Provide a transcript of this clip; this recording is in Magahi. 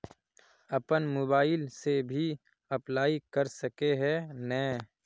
अपन मोबाईल से भी अप्लाई कर सके है नय?